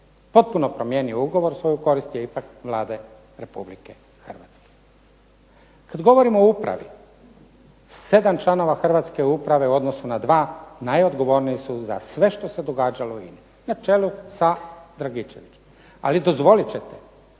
potpuno promijenio ugovor u svoju korist je ipak Vlade Republike Hrvatske. Kad govorimo o upravi 7 članova hrvatske uprave u odnosu na 2 najodgovorniji su za sve što se događalo u INA-i, na čelu sa Dragičevićem. Ali dozvolit ćete